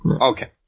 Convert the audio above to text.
Okay